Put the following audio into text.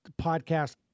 podcast